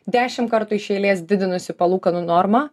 dešim kartų iš eilės didinusi palūkanų normą